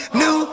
new